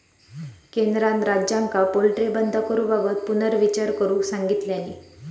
केंद्रान राज्यांका पोल्ट्री बंद करूबाबत पुनर्विचार करुक सांगितलानी